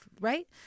right